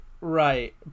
right